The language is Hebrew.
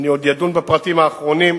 ועוד אדון בפרטים האחרונים.